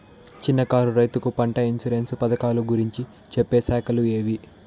చిన్న కారు రైతుకు పంట ఇన్సూరెన్సు పథకాలు గురించి చెప్పే శాఖలు ఏవి?